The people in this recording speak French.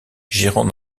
gérant